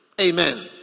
Amen